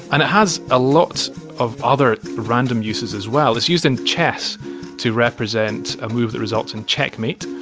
and it has a lot of other random uses as well. it's used in chess to represent a move that results in check mate.